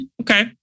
Okay